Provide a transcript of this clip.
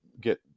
get